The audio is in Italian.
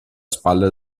spalla